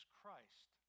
Christ